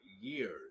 years